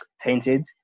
tainted